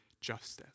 justice